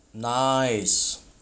nice